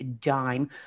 dime